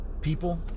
people